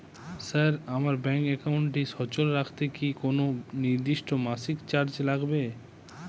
Sir আমার bank একাউন্টটি সচল রাখতে কি কোনো নির্দিষ্ট মাসিক চার্জ লাগবে?